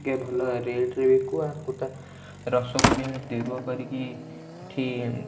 ଟିକେ ଭଲ ରେଟରେ ବିକୁ ଆଖୁ ରସକୁ ବି ଆମେ ତେଡ଼ୁଅ କରିକି ଇଠି